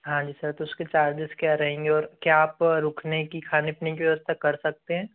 हाँ जी सर तो उसके चार्जिज़ क्या रहेंगे और क्या आप रुकने की खाने पीने की व्यवस्था कर सकते हैं